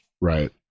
right